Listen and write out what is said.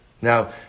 Now